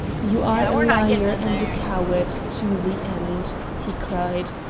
you are a liar and a coward to the end! he cried.